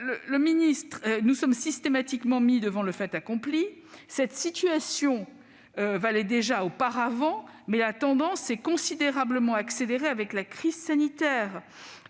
Nous sommes systématiquement mis devant le fait accompli. Cette situation valait déjà auparavant, mais la tendance s'est considérablement accélérée du fait de la crise sanitaire.